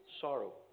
sorrow